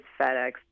FedEx